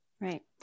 Right